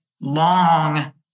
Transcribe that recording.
long